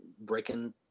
breaking